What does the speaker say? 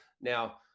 now